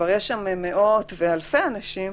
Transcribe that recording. שיש שם כבר מאות ואלפי אנשים,